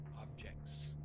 objects